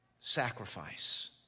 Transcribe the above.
sacrifice